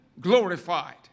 glorified